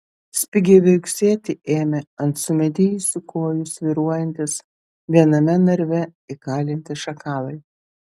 spigiai viauksėti ėmė ant sumedėjusių kojų svyruojantys viename narve įkalinti šakalai